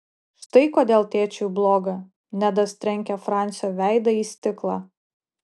štai kodėl tėčiui bloga nedas trenkė fransio veidą į stiklą